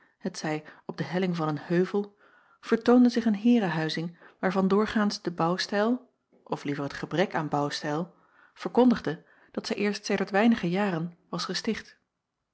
t zij op de helling van een heuvel vertoonde zich een heerehuizing waarvan doorgaans de bouwstijl of liever het gebrek aan bouwstijl verkondigde dat zij eerst sedert weinige jaren was gesticht